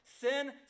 sin